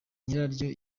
nyiraryo